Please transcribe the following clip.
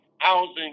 housing